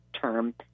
term